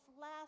last